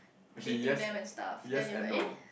dating them and stuff then you'll be like eh